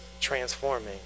transforming